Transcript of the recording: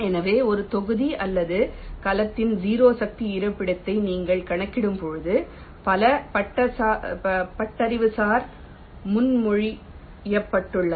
எனவே ஒரு தொகுதி அல்லது கலத்தின் 0 சக்தி இருப்பிடத்தை நீங்கள் கணக்கிடும்போது பல பட்டறிவுசார் முன்மொழியப்பட்டுள்ளன